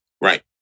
Right